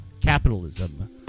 capitalism